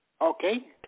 Okay